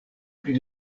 pri